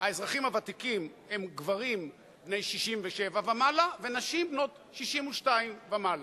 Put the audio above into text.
האזרחים הוותיקים הם גברים בני 67 ומעלה ונשים בנות 62 ומעלה.